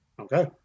Okay